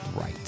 right